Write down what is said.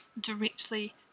directly